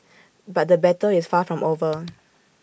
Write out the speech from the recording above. but the battle is far from over